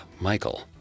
Michael